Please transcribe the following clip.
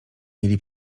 mieli